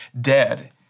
dead